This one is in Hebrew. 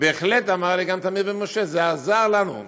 בהחלט, ואמר לי גם תמיר בן משה, עזרה לנו.